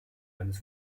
eines